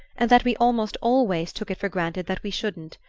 and that we almost always took it for granted that we shouldn't.